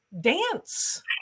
dance